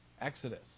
exodus